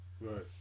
Right